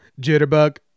jitterbug